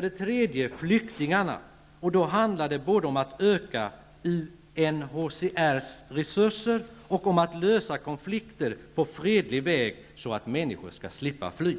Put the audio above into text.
Det gäller även flyktingarna, och då handlar det både om att öka UNHCR:s resurser och om att lösa konflikter på fredlig väg, så att människor skall slippa fly.